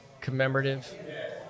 commemorative